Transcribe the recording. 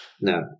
No